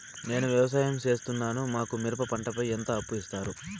నేను వ్యవసాయం సేస్తున్నాను, మాకు మిరప పంటపై ఎంత అప్పు ఇస్తారు